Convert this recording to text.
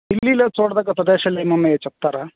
ఢిల్లీలో చూడదగ్గ ప్రదేశాలు ఏమి ఉన్నాయో చెబుతారా